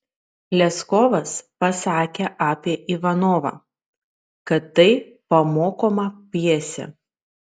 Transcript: leskovas pasakė apie ivanovą kad tai pamokoma pjesė